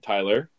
Tyler